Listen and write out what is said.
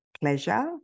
pleasure